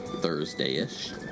thursday-ish